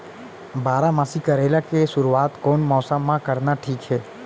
बारामासी करेला के शुरुवात कोन मौसम मा करना ठीक हे?